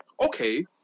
okay